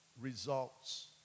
results